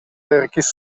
verkis